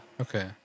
Okay